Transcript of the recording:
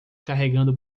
carregando